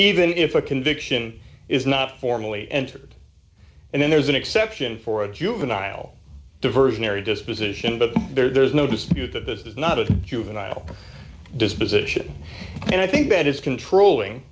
even if a conviction is not formally entered and then there's an exception for a juvenile diversionary disposition but there's no dispute that this is not a juvenile disposition and i think that is controlling